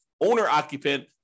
owner-occupant